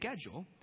schedule